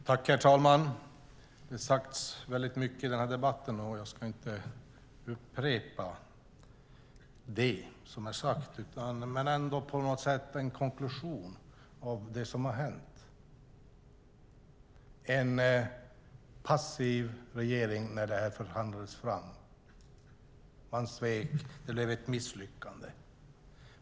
Herr talman! Det har sagts väldigt mycket i denna debatt, och jag ska inte upprepa det som är sagt. Jag vill ändå på något sätt göra en konklusion av det som har hänt. Det var en passiv regering när detta förhandlades fram. Man svek. Det blev ett misslyckande.